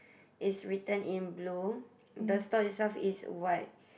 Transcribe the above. is written in blue the store itself is white